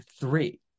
three